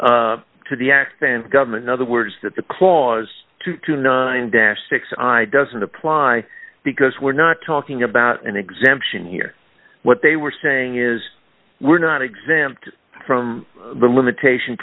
appeal to the accent government in other words that the clause two to ninety six i doesn't apply because we're not talking about an exemption here what they were saying is we're not exempt from the limitation